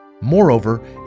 Moreover